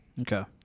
Okay